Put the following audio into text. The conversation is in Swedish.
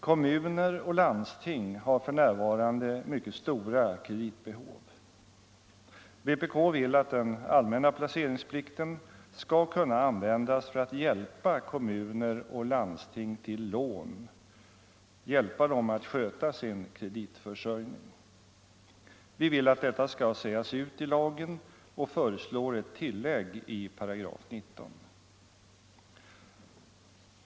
Kommuner och landsting har för närvarande mycket stora kreditbehov. Vpk vill att den allmänna placeringsplikten skall kunna användas för att hjälpa kommuner och landsting till lån, för att hjälpa dem att sköta sin kreditförsörjning. Vi vill att detta skall sägas ut i lagen och föreslår ett tillägg i 198.